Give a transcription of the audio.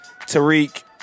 Tariq